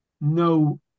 no